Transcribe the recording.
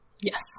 Yes